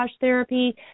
therapy